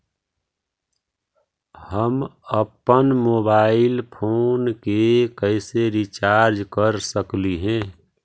हम अप्पन mobile phone के कैसे रिचार्ज कर सकली हे?